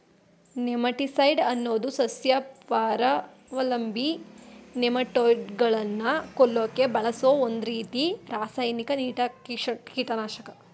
nematicide ಅನ್ನೋದು ಸಸ್ಯಪರಾವಲಂಬಿ ನೆಮಟೋಡ್ಗಳನ್ನ ಕೊಲ್ಲಕೆ ಬಳಸೋ ಒಂದ್ರೀತಿ ರಾಸಾಯನಿಕ ಕೀಟನಾಶಕ